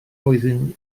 oeddwn